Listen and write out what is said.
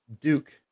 Duke